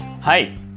Hi